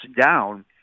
down